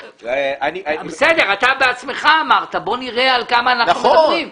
אתה בעצמך אמרת שנראה על כמה אנחנו מדברים.